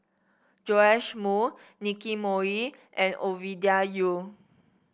Joash Moo Nicky Moey and Ovidia Yu